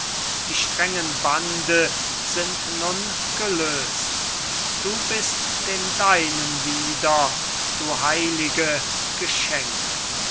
die strengen bande sind nun gelös't du bist den deinen wieder du heilige geschenkt